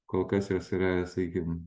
kol kas jos yra sakykim